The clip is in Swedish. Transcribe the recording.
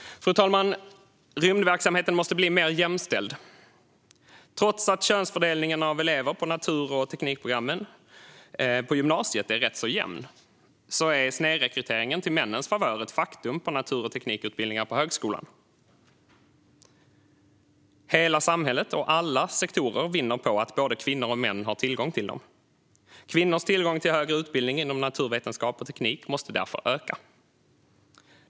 Fru talman! Rymdverksamheten måste bli mer jämställd. Trots att könsfördelningen av elever på natur och teknikprogrammen på gymnasiet är rätt jämn är snedrekryteringen till männens favör ett faktum på natur och teknikutbildningar på högskolan. Hela samhället och alla sektorer vinner på att både kvinnor och män har tillgång till dem. Kvinnors tillgång till högre utbildning inom naturvetenskap och teknik måste därför öka.